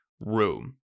room